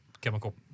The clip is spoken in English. chemical